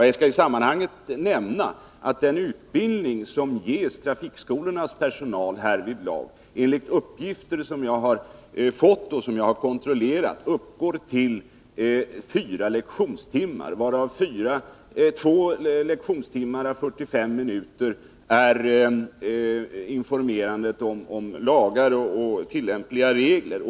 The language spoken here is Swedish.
Jag kan i sammanhanget nämna att den utbildning som ges trafikskolornas personal härvidlag, enligt uppgifter som jag fått och som jag kontrollerat, uppgår till fyra lektionstimmar, varav två lektionstimmar å 45 minuter består av information om lagar och tillämpliga regler.